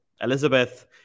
Elizabeth